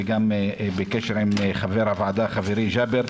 וגם בקשר עם חבר הוועדה חברי ג'אבר,